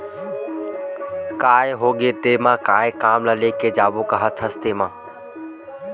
काय होगे तेमा काय काम ल लेके जाबो काहत हस तेंमा?